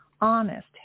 honest